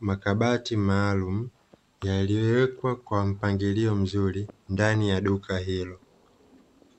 makabati maalumu yaliyowekwa kwa mpangilio mzuri ndani ya duka hilo.